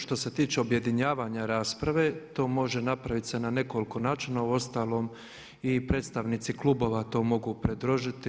Što se tiče objedinjavanja rasprave to može napraviti se na nekoliko načina, uostalom i predstavnici klubova to mogu predložiti.